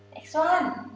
next one.